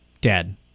dad